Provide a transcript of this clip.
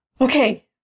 Okay